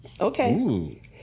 Okay